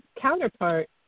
counterpart